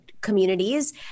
communities